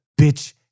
bitch